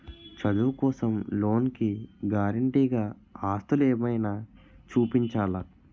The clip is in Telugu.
చదువు కోసం లోన్ కి గారంటే గా ఆస్తులు ఏమైనా చూపించాలా?